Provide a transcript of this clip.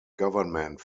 government